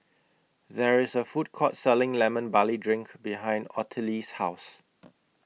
There IS A Food Court Selling Lemon Barley Drink behind Ottilie's House